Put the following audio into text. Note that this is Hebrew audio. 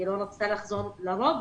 היא לא רצתה לחזור לעבוד.